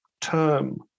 term